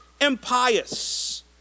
impious